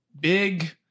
Big